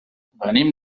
venim